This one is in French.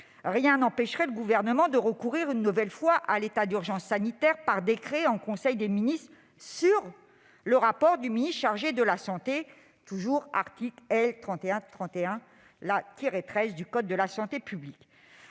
rien n'empêcherait le Gouvernement de recourir une nouvelle fois à l'état d'urgence sanitaire, par décret en conseil des ministres sur le rapport du ministre chargé de la santé, comme cela est prévu à l'article L. 3131-13 du code de la santé publique.